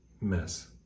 mess